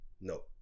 No